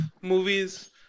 movies